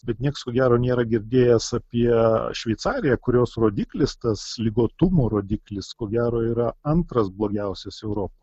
bet nieks gero nėra girdėjęs apie šveicariją kurios rodiklis tas ligotumo rodiklis ko gero yra antras blogiausias europoj